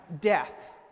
death